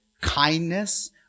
kindness